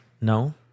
No